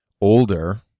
older